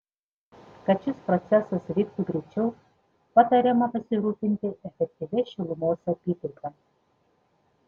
kad šis procesas vyktų greičiau patariama pasirūpinti efektyvia šilumos apykaita